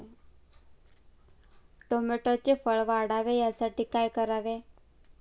टोमॅटोचे फळ वाढावे यासाठी काय करावे?